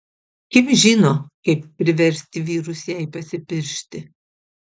kim žino kaip priversti vyrus jai pasipiršti